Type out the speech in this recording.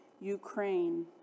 Ukraine